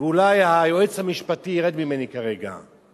ואולי היועץ המשפטי ירד ממני כרגע.